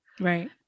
Right